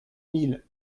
mille